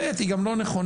בי"ת, היא גם לא נכונה.